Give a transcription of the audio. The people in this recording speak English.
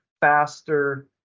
faster